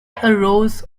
arose